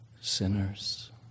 sinners